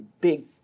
big